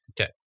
Okay